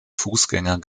fußgänger